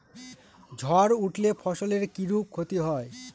ঝড় উঠলে ফসলের কিরূপ ক্ষতি হয়?